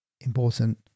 important